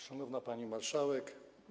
Szanowna Pani Marszałek!